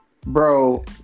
Bro